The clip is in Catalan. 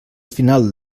final